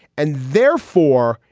and therefore,